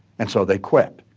and so they quit.